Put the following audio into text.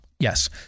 Yes